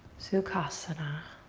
sukhasana.